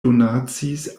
donacis